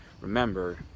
Remember